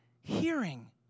hearing